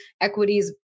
equities